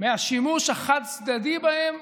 מהשימוש החד-צדדי בהן,